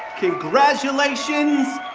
congratulations,